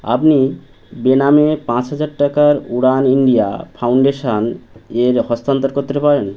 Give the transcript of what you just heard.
আপনি বেনামে পাঁচ হাজার টাকার উড়ান ইন্ডিয়া ফাউন্ডেশন এ হস্তান্তর করতে পারেন